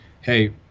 hey